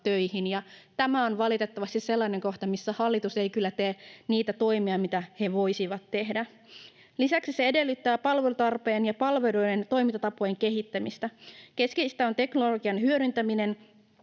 töihin, ja tämä on valitettavasti sellainen kohta, missä hallitus ei kyllä tee niitä toimia, mitä he voisivat tehdä. Lisäksi se edellyttää palvelutarpeen ja palveluiden toimintatapojen kehittämistä. Keskeistä on teknologian hyödyntäminen